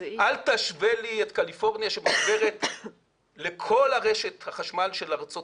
אל תשווה לי את קליפורניה שמחוברת לכל רשת החשמל של ארצות